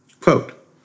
Quote